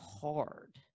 hard